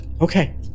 Okay